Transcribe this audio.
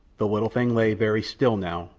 the little thing lay very still now,